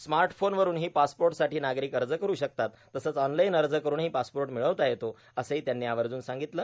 स्मार्टफोनवरून ही पासपोर्टसाठी नागरिक अर्ज करू शकतात तसंच ऑनलाईन अर्ज करून ही पासपोर्ट मिळवता येतो असंही त्यांनी आवर्जुन सांगितलं